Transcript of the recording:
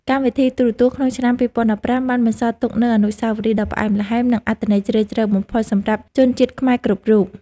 កម្មវិធីទូរទស្សន៍ក្នុងឆ្នាំ ២០១៥ បានបន្សល់ទុកនូវអនុស្សាវរីយ៍ដ៏ផ្អែមល្ហែម និងអត្ថន័យជ្រាលជ្រៅបំផុតសម្រាប់ជនជាតិខ្មែរគ្រប់រូប។